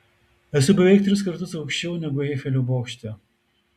esu beveik tris kartus aukščiau negu eifelio bokšte